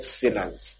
sinners